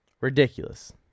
Ridiculous